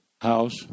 house